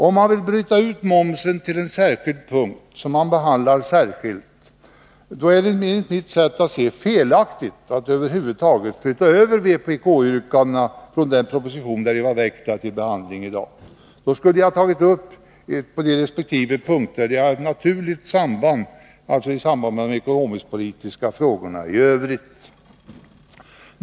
Om man vill bryta ut momsen till en särskild punkt som man behandlar särskilt var det enligt mitt sätt att se felaktigt att över huvud taget flytta över vpk-yrkandena från behandling i samband med den proposition i anslutning till vilken de hade väckts till behandling i dag. De skulle då ha tagits upp under resp. punkter i samband med behandlingen av de ekonomisk-politiska frågorna i övrigt.